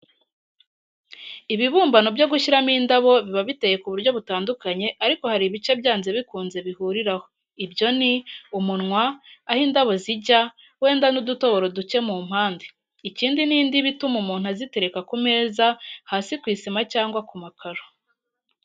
Ibibumbano byo gushyiramo indabo biba biteye ku buryo butandukanye ariko hari ibice byanze bikunze bihuriraho; ibyo ni, umunwa, aho indabo zijya wenda n'udutoboro duke mu mpande, ikindi ni indiba ituma umuntu azitereka ku meza, hasi ku isima cyangwa ku makaro.